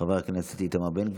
חבר הכנסת איתמר בן גביר.